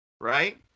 Right